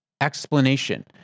explanation